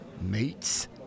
mates